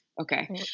okay